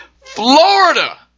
Florida